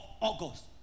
August